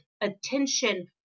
attention